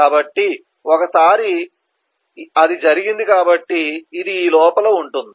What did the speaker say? కాబట్టి ఒకసారి అది జరిగింది కాబట్టి ఇది ఈ లోపల ఉంటుంది